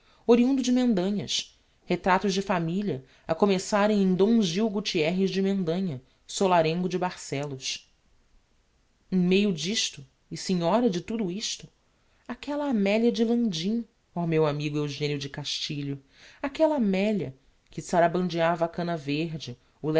oriundo de mendanhas retratos de familia a começarem em d gil gutierres de mendanha solarengo de barcellos em meio d'isto e senhora de tudo isto aquella amelia de landim ó meu amigo eugenio de castilho aquella amelia que sarabandeava a cana verde